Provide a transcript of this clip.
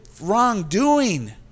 wrongdoing